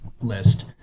list